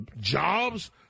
jobs